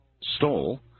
stole